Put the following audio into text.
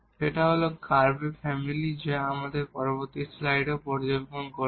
সেটা হল কার্ভের ফ্যামিলি যা আমরা পরবর্তী স্লাইডেও পর্যবেক্ষণ করব